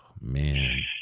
man